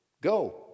Go